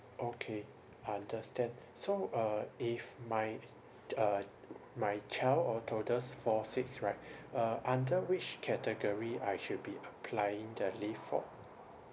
okay understand so uh if my uh my child or toddlers fall sicks right uh under which category I should be applying the leave for